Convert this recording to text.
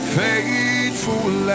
faithful